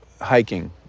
hiking